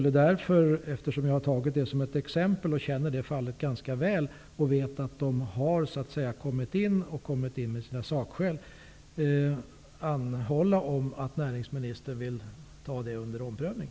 Eftersom jag har tagit detta företag som exempel och känner det fallet ganska väl och vet att företaget har inlämnat sina sakskäl, vill jag anhålla om att näringsministern tar det under omprövning.